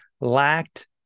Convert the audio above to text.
lacked